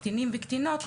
קטינים וקטינות,